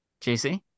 JC